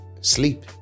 sleep